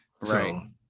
Right